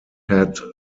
had